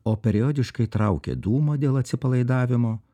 o periodiškai traukia dūmą dėl atsipalaidavimo